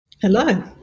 Hello